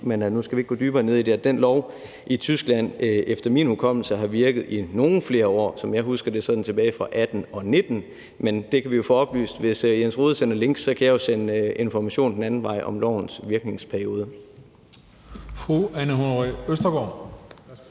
Nu skal vi ikke gå dybere ned i det her, men jeg tror måske, den lov i Tyskland efter min hukommelse har virket i nogle flere år. Som jeg husker det, er den tilbage fra 2018 og 2019, men det kan vi jo få oplyst. Hvis hr. Jens Rohde sender links, kan jeg jo sende information den anden vej om lovens virkningsperiode.